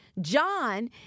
John